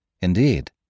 Indeed